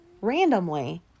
randomly